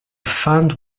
fund